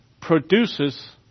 produces